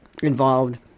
involved